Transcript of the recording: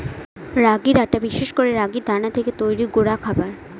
রাগির আটা বিশেষ করে রাগির দানা থেকে তৈরি গুঁডা খাবার